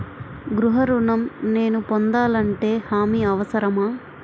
గృహ ఋణం నేను పొందాలంటే హామీ అవసరమా?